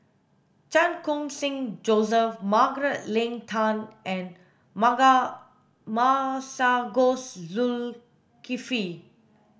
Chan Khun Sing Joseph Margaret Leng Tan and Masagos Zulkifli